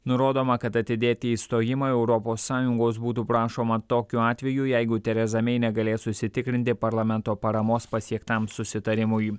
nurodoma kad atidėti išstojimą europos sąjungos būtų prašoma tokiu atveju jeigu tereza mei negalės užsitikrinti parlamento paramos pasiektam susitarimui